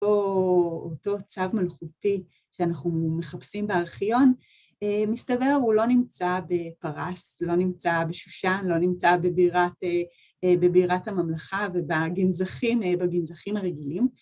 ‫באותו צו מלאכותי שאנחנו מחפשים בארכיון, ‫מסתבר הוא לא נמצא בפרס, ‫לא נמצא בשושן, ‫לא נמצא בבירת הממלכה ‫ובגנזכים הרגילים.